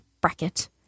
bracket